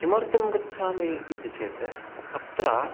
किमर्थं गच्छामि इति चेत् तत्र